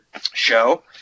show